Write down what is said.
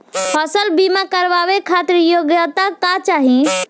फसल बीमा करावे खातिर योग्यता का चाही?